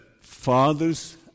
fathers